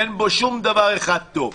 אין בו שום דבר אחד טוב.